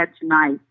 tonight